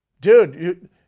Dude